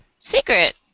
Secret